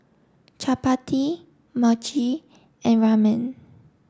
Chapati Mochi and Ramen